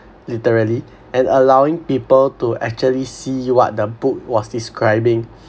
literally and allowing people to actually see what the book was describing